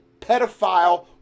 pedophile